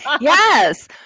Yes